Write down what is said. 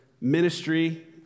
ministry